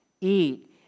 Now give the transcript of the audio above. eat